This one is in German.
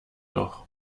noch